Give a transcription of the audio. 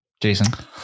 Jason